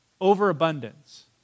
Overabundance